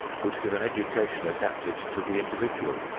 would give an education adapted to the individual,